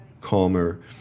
calmer